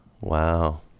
Wow